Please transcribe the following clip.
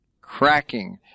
cracking